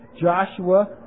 Joshua